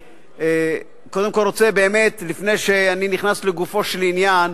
קודם כול, לפני שאני נכנס לגופו של עניין,